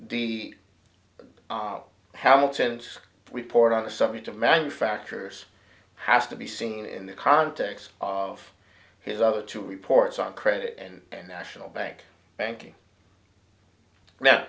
the hamilton's report on the subject of manufacturers has to be seen in the context of his other two reports on credit and national bank banking